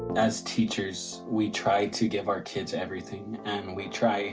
as teachers, we try to give our kids everything, and we try